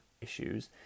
issues